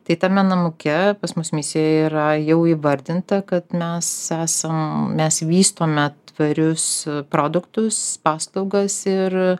tai tame namuke pas mus misija yra jau įvardinta kad mes esam mes vystome tvarius produktus paslaugas ir